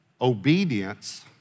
Obedience